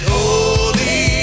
Holy